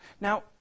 Now